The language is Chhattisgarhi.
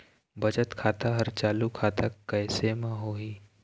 बचत खाता हर चालू खाता कैसे म होही?